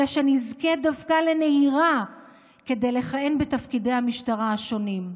אלא שנזכה דווקא לנהירה כדי לכהן בתפקידי המשטרה השונים.